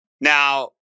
now